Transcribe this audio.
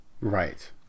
Right